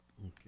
Okay